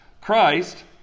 Christ